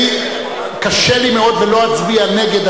קשה לי מאוד, ולא אצביע נגד.